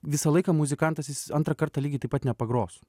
visą laiką muzikantas jis antrą kartą lygiai taip pat nepagros